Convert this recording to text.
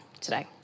today